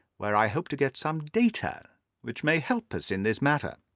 where i hope to get some data which may help us in this matter.